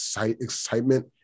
excitement